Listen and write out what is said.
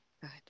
Good